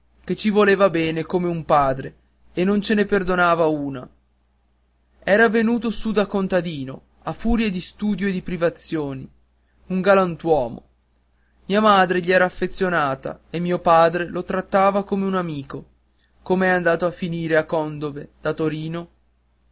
che ci voleva bene come un padre e non ce ne perdonava una era venuto su da contadino a furia di studio e di privazioni un galantuomo mia madre gli era affezionata e mio padre lo trattava come un amico com'è andato a finire a condove da torino